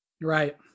Right